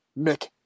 Mick